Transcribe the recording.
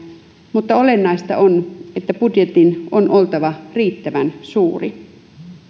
mutta olennaista on että budjetin on oltava riittävän suuri